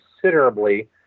considerably